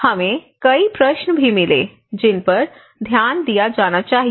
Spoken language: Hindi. हमें कई प्रश्न भी मिले जिन पर ध्यान दिया जाना चाहिए